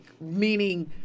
meaning